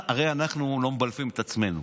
שנייה, עזוב, הרי אנחנו לא מבלפים את עצמנו,